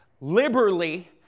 Liberally